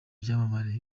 ibyamamare